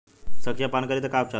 संखिया पान करी त का उपचार होखे?